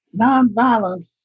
nonviolence